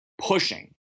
pushing